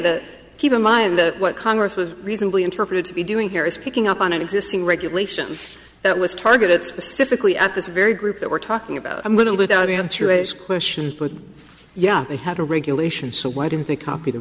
that keep in mind that what congress was reasonably interpreted to be doing here is picking up on existing regulations that was targeted specifically at this very group that we're talking about i'm going to lay down the question but yeah they had a regulation so why didn't they copy the